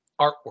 artwork